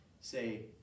say